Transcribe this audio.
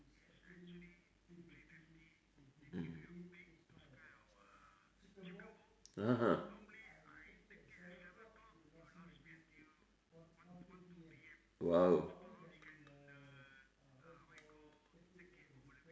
(uh huh) !wow!